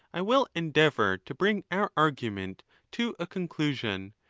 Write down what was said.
i will endeavour to bring our argu ment to a conclusion,